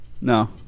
No